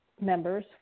members